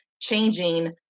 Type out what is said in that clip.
changing